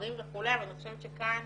חומרים וכולי, אבל אני חושבת שכאן